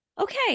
okay